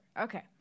Okay